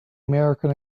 american